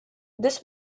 this